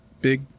big